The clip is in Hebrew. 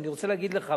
אבל אני רוצה להגיד לך,